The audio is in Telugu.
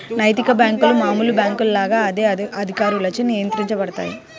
నైతిక బ్యేంకులు మామూలు బ్యేంకుల లాగా అదే అధికారులచే నియంత్రించబడతాయి